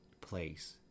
place